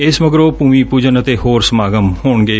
ਇਸ ਮਗਰੋਂ ਭੁਮੀ ਪੁਜਨ ਅਤੇ ਹੋਰ ਸਮਾਗਮ ਹੋਣਗੇ